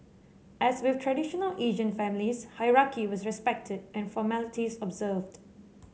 as with traditional Asian families hierarchy was respected and formalities observed